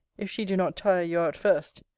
if she do not tire you out first.